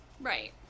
Right